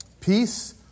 peace